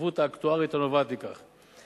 החבות האקטוארית הנובעת מכך,